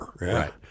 Right